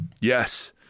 Yes